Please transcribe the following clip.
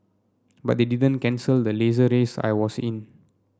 but they didn't cancel the Laser race I was in